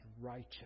righteous